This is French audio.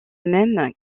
même